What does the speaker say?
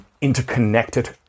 interconnected